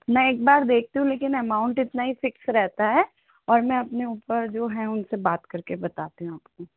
मैं एक बार देखती हूँ लेकिन अमाउंट इतना ही फिक्स रहता है और मैं अपने ऊपर जो हैं उनसे बात करके बताती हूँ आपको